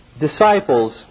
disciples